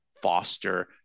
foster